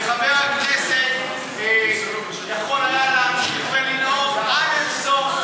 וחבר הכנסת יכול היה להמשיך לנאום עד אין-סוף,